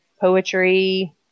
poetry